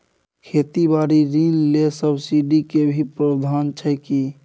खेती बारी ऋण ले सब्सिडी के भी प्रावधान छै कि?